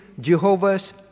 Jehovah's